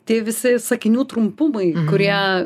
tai visai sakinių trumpumai kurie